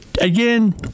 Again